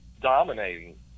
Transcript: dominating